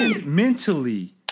mentally